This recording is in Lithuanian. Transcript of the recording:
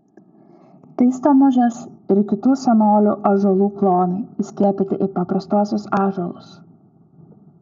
tai stelmužės ir kitų senolių ąžuolų klonai įskiepyti į paprastuosius ąžuolus